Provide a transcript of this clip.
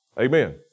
Amen